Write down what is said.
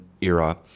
era